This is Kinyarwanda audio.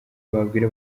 babwira